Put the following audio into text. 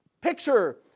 picture